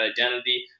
identity